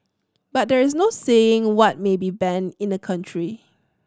but there is no saying what may be banned in a country